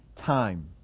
time